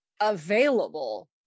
available